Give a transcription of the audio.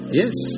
yes